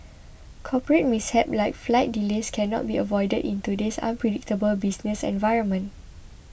corporate mishaps like flight delays cannot be avoided in today's unpredictable business environment